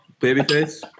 Babyface